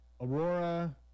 Aurora